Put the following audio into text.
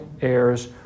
heirs